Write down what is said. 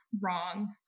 wrong